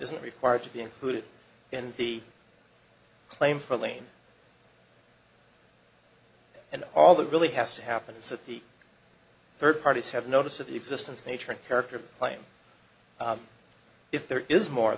isn't required to be included in the claim for lane and all that really has to happen is that the third parties have notice of the existence nature and character claim if there is more